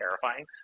terrifying